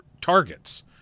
targets